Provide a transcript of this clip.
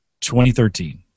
2013